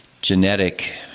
genetic